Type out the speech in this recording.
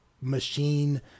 machine